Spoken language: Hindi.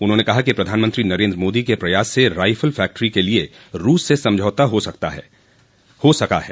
उन्होंने कहा कि प्रधानमंत्री नरेन्द्र मोदी के प्रयास से रायफल फैक्ट्री के लिए रूस से समझौता हो सका है